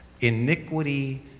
iniquity